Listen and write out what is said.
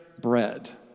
bread